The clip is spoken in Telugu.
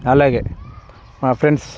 అలాగే మా ఫ్రెండ్స్